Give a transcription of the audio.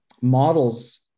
models